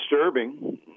Disturbing